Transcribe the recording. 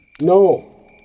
No